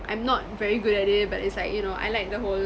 I'm not very good at it but it's like you know I like the whole